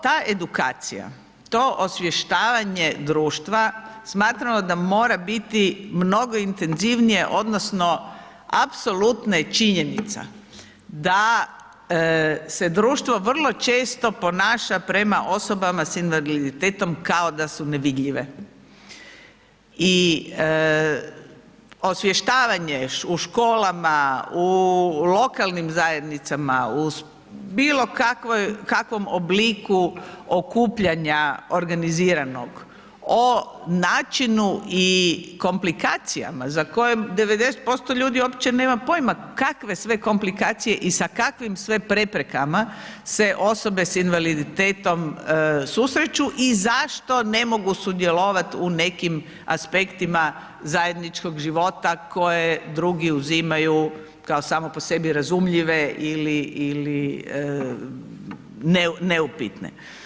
Ta edukacija, to osvještavanje društva smatramo da mora biti mnogo intenzivnije odnosno apsolutno je činjenica da se društvo vrlo često ponaša prema osobama s invaliditetom kao da su nevidljive i osvještavanje u školama, u lokalnim zajednicama, u bilo kakvom obliku okupljanja organiziranog, o načinu i komplikacijama za koje 90% ljudi uopće nema pojma kakve sve komplikacije i sa kakvim sve preprekama se osobe s invaliditetom se susreću i zašto ne mogu sudjelovat u nekim aspektima zajedničkog života koje drugi uzimaju kao samo po sebi razumljive ili neupitne.